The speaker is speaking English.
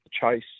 chase